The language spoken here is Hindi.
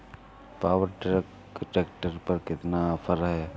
पावर ट्रैक ट्रैक्टर पर कितना ऑफर है?